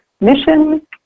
mission